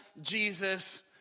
Jesus